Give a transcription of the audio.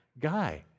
guy